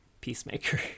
Peacemaker